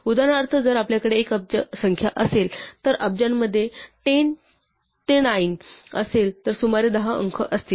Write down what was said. उदाहरणार्थ जर आपल्याकडे एक अब्ज संख्या असेल तर अब्जामध्ये 10 ते 9 असेल तर सुमारे दहा अंक असतील